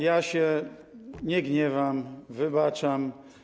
Ja się nie gniewam, wybaczam.